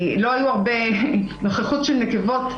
לא הייתה הרבה נוכחות של נקבות.